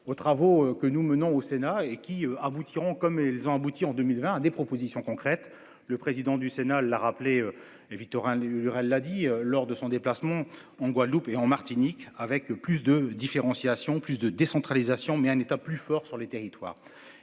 aux travaux que nous menons au Sénat et qui aboutiront comme ils ont abouti en 2020 à des propositions concrètes. Le président du Sénat la rappeler et Victorin Lurel a dit lors de son déplacement en Guadeloupe et en Martinique, avec plus de différenciation plus de décentralisation, mais un État plus fort sur les territoires